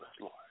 Lord